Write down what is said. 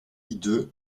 hideux